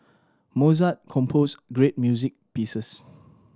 Mozart composed great music pieces